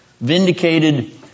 vindicated